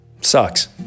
Sucks